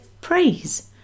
praise